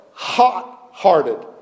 Hot-hearted